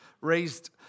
raised